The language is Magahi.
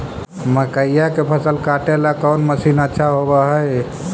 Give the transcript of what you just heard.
मकइया के फसल काटेला कौन मशीन अच्छा होव हई?